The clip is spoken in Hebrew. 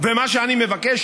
מה שאני מבקש,